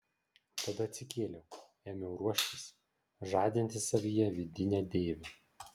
tada atsikėliau ėmiau ruoštis žadinti savyje vidinę deivę